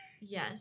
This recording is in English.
Yes